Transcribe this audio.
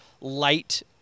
light